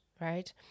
right